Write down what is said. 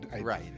Right